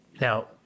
Now